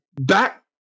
back